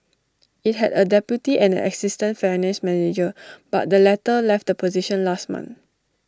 IT had A deputy and an assistant finance manager but the latter left the position last month